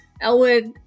Elwood